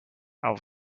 out